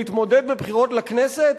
להתמודד לכנסת,